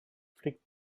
flick